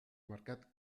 mercat